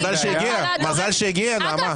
מזל שהוא הגיע, נעמה.